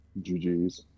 ggs